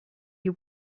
you